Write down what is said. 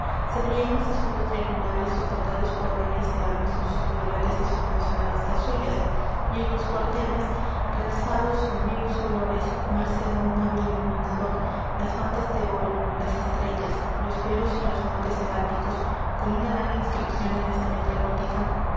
se verían mis escudos triangulares soportados por reyes de armas con sus birretes y sus blasonadas casullas y en los cuarteles realzados con vivos colores merced á un hábil iluminador las bandas de oro las estrellas los veros y los motes heráldicos con una larga inscripción en esa letra gótica